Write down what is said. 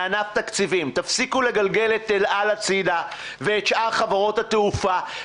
מאגף התקציבים: תפסיקו לגלגל את אל על הצידה ואת שאר חברות התעופה.